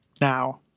now